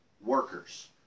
workers